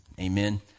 Amen